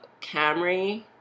Camry